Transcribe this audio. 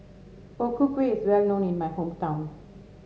O Ku Kueh is well known in my hometown